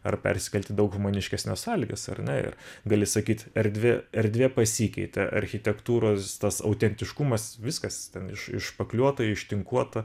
ar persikelt į daug žmoniškesnes sąlygas ar ne ir gali sakyt erdvė erdvė pasikeitė architektūros tas autentiškumas viskas ten iš iššpakliuota ištinkuota